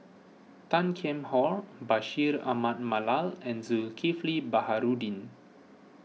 Tan Kheam Hock Bashir Ahmad Mallal and Zulkifli Baharudin